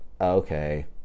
Okay